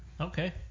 Okay